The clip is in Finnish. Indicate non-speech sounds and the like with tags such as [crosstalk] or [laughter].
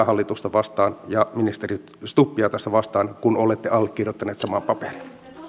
[unintelligible] hallitusta ja ministeri stubbia vastaan tässä kun olette allekirjoittaneet saman paperin